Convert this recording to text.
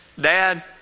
dad